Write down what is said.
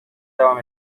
devam